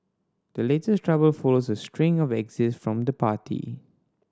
the latest trouble follows a string of exits from the party